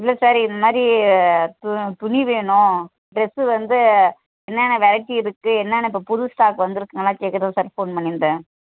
இல்லை சார் இந்த மாதிரி து துணி வேணும் ட்ரெஸ்ஸு வந்து என்னென்ன வெரைட்டி இருக்குது என்னன்ன்ன இப்போ புது ஸ்டாக் வந்திருக்குன்லாம் கேட்க தான் சார் ஃபோன் பண்ணிருந்தேன்